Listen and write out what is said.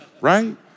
Right